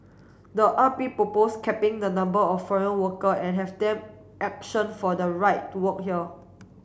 the R P proposed capping the number of foreign worker and have them for the right to work here